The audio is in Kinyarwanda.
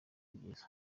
kugera